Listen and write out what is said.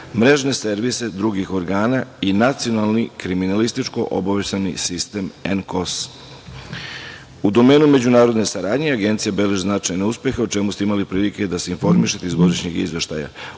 mrežne servise drugih organa i Nacionalni kriminalističko-obaveštajni sistem (NKOS).U domenu međunarodne saradnje Agencija beleži značajne uspehe, o čemu ste imali prilike da se informišete iz Godišnjeg izveštaja.